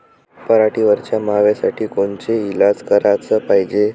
पराटीवरच्या माव्यासाठी कोनचे इलाज कराच पायजे?